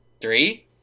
Three